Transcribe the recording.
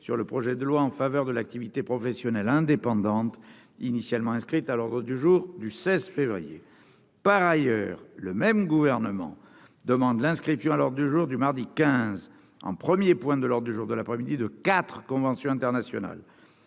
sur le projet de loi en faveur de l'activité professionnelle indépendante initialement inscrite à l'ordre du jour du 16 février par ailleurs le même gouvernement demande l'inscription à l'heure du jour du mardi 15 ans 1er Point de l'Ordre du jour de l'après-midi de quatre conventions internationales